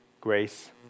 grace